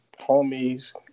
homies